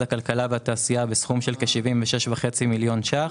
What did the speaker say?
הכלכלה והתעשייה בסכום של כ-76.5 מיליון שקלים.